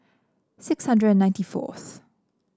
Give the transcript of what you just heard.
six hundred and ninety fourth